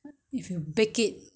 yes they put pandan leaves